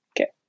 Okay